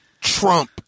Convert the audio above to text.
Trump